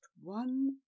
one